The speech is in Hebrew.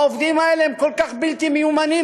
העובדים האלה הם כל כך בלתי מיומנים,